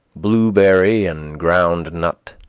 blueberry and groundnut.